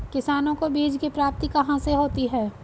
किसानों को बीज की प्राप्ति कहाँ से होती है?